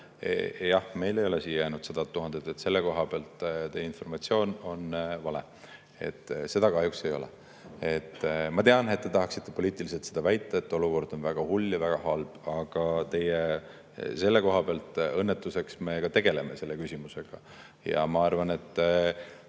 Jah, meile ei ole siia jäänud 100 000 põgenikku. Selle koha pealt teie informatsioon on vale, seda [olukorda] kahjuks ei ole. Ma tean, et te tahaksite poliitiliselt väita, et olukord on väga hull ja väga halb, aga teie õnnetuseks me tegeleme selle küsimusega. Ma arvan, et